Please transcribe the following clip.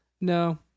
No